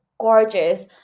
gorgeous